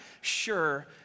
sure